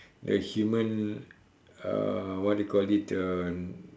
the human uh what do you call it the